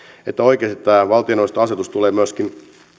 että oikeasti tämä valtioneuvoston asetus tulee myöskin